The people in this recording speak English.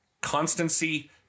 constancy